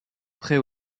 près